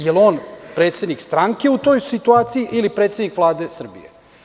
Jel on predsednik stranke u toj situaciji ili predsednik Vlade Srbije?